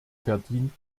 verdient